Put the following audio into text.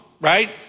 right